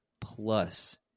plus